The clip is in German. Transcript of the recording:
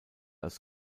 als